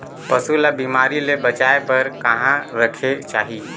पशु ला बिमारी ले बचाय बार कहा रखे चाही?